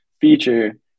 feature